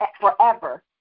forever